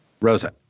Rosa